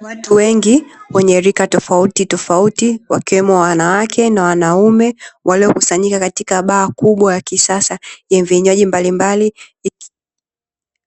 Watu wengi wenye rika tofautitofauti wakiwemo wanawake na wanaume waliokusanyika katika baa kubwa la kisasa yenye vinywaji mbalimbali